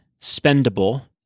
spendable